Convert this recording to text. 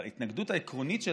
אבל ההתנגדות העקרונית שלך,